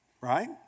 right